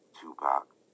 Tupac